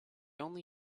only